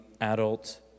adult